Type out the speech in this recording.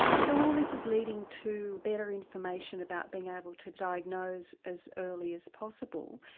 so all this is leading to better information about being able to diagnose as early as possible.